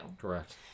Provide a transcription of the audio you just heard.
Correct